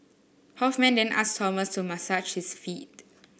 Hoffman then asked Thomas to massage his feet